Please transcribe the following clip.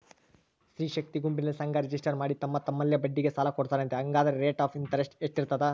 ಸ್ತ್ರೇ ಶಕ್ತಿ ಗುಂಪಿನಲ್ಲಿ ಸಂಘ ರಿಜಿಸ್ಟರ್ ಮಾಡಿ ತಮ್ಮ ತಮ್ಮಲ್ಲೇ ಬಡ್ಡಿಗೆ ಸಾಲ ಕೊಡ್ತಾರಂತೆ, ಹಂಗಾದರೆ ರೇಟ್ ಆಫ್ ಇಂಟರೆಸ್ಟ್ ಎಷ್ಟಿರ್ತದ?